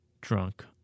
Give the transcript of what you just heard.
drunk